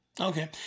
Okay